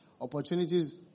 Opportunities